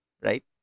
right